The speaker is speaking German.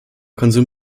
konsum